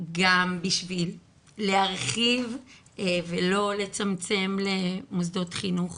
גם בשביל להרחיב ולא לצמצם למוסדות חינוך